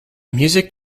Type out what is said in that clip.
music